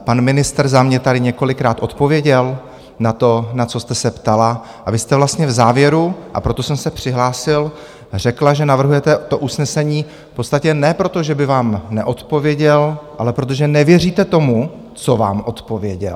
Pan ministr za mě tady několikrát odpověděl na to, na co jste se ptala, a vy jste vlastně v závěru, a proto jsem se přihlásil, řekla, že navrhujete to usnesení v podstatě ne proto, že by vám neodpověděl, ale protože nevěříte tomu, co vám odpověděl.